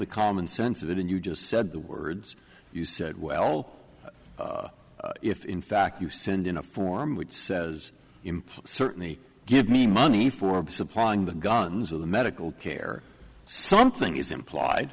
the common sense of it and you just said the words you said well if in fact you send in a form which says imply certainly give me money for supplying the guns of the medical care something is implied